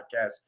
podcast